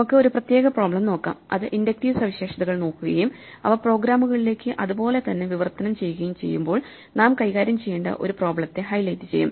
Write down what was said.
നമുക്ക് ഒരു പ്രത്യേക പ്രോബ്ലെം നോക്കാം അത് ഇൻഡക്റ്റീവ് സവിശേഷതകൾ നോക്കുകയും അവ പ്രോഗ്രാമുകളിലേക്ക് അതേപോലെ തന്നെ വിവർത്തനം ചെയ്യുകയും ചെയ്യുമ്പോൾ നാം കൈകാര്യം ചെയ്യേണ്ട ഒരു പ്രോബ്ലെത്തെ ഹൈലൈറ്റ് ചെയ്യും